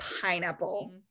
pineapple